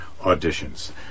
auditions